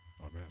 Amen